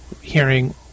hearing